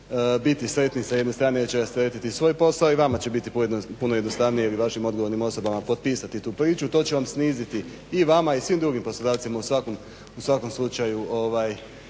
biti sretni s jedne strane jer će rasteretiti svoj posao i vama će biti puno jednostavnije ili vašim odgovornim osobama potpisati tu priču. To će vam sniziti i vama i svim drugim poslodavcima u svakom slučaju